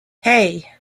hey